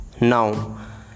Now